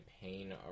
campaign